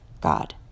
God